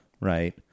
right